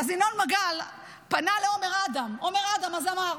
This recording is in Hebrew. אז ינון מגל פנה לעומר אדם, עומר אדם הזמר,